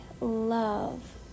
love